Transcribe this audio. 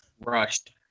rushed